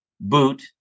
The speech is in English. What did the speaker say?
boot